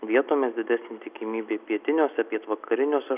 vietomis didesnė tikimybė pietiniuose pietvakariniuose